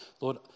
Lord